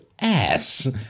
ass